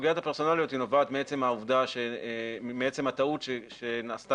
סוגיית הפרסונליות נובעת מעצם הטעות שנעשתה